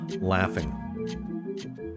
Laughing